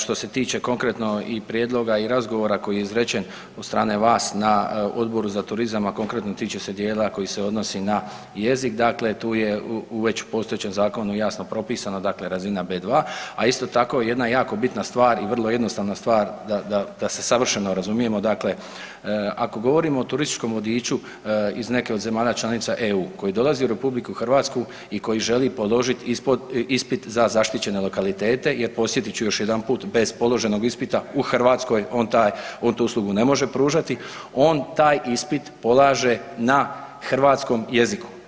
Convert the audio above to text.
Što se tiče konkretno i prijedloga i razgovora koji je izrečen od strane vas na Odboru za turizam a konkretno tiče se djela koji se odnosi na jezik, dakle tu je već u postojećem zakonu jasno propisano, dakle razina B2 a isto tako jedna jako bitna stvar i vrlo jednostavna stvar, da se savršeno razumijemo, dakle ako govorimo o turističkom vodiču iz neke od zemalja članica EU-a koji dolazi u RH i koji želi položiti ispit za zaštićene lokalitete jer podsjeti ću još jedanput, bez položenog ispita u Hrvatskoj, on tu uslugu ne može pružati, on taj ispit polaže na hrvatskom jeziku.